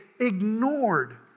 ignored